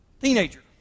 teenager